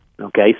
Okay